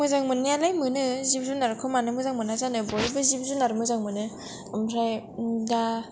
मोजां मोननायालाय मोनो जिब जुनारखौ मानो मोजां मोना जानो बयबो जिब जुनार मोजां मोनो ओमफ्राय दा